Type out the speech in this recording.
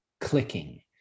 clicking